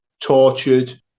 tortured